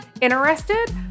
Interested